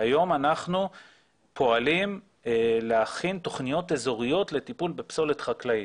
והיום אנחנו פועלים להכין תכניות אזוריות לטיפול בפסולת חקלאית,